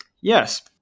yes